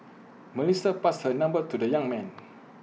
Melissa passed her number to the young man